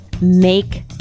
Make